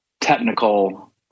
technical